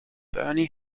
bernie